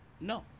no